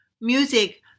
music